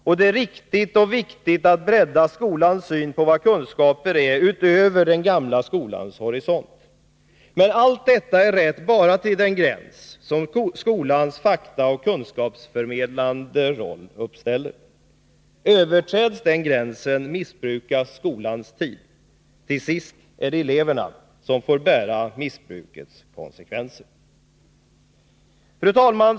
Och det är riktigt och viktigt att bredda skolans syn på vad kunskaper är utöver den gamla skolans horisont. Men allt detta är rätt bara till den gräns som skolans faktaoch kunskapsförmedlande roll uppställer. Överträds den gränsen missbrukas skolans tid. Till sist är det eleverna som får bära missbrukets konsekvenser. Fru talman!